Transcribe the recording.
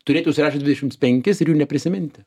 turėt užsirašius dvidešims penkis ir jų neprisiminti